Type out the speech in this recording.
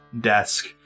desk